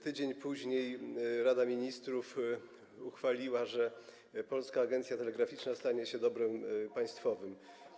Tydzień później Rada Ministrów uchwaliła, że Polska Agencja Telegraficzna stanie się dobrem państwowym.